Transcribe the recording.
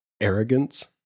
arrogance